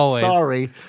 Sorry